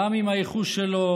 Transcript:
גם אם הייחוס שלו